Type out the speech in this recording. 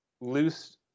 loose